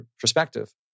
perspective